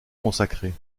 consacrés